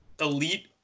elite